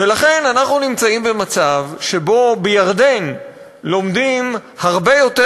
ולכן אנחנו נמצאים במצב שבו בירדן לומדים הרבה יותר